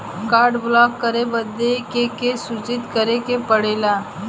Card block करे बदी के के सूचित करें के पड़ेला?